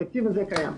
התקציב הזה קיים.